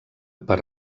per